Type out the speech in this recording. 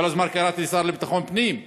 כל הזמן קראתי לשר לביטחון הפנים,